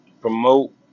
promote